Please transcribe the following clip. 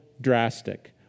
drastic